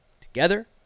together